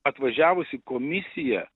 atvažiavusi komisija